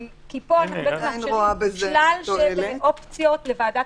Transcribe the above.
כי פה אנחנו בעצם מאפשרים שלל אופציות לוועדת